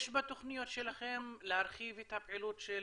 יש בתוכניות שלכם להרחיב את הפעילות של